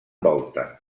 volta